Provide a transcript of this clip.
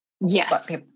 Yes